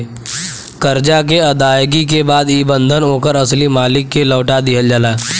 करजा के अदायगी के बाद ई बंधन ओकर असली मालिक के लौटा दिहल जाला